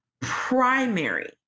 primary